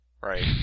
Right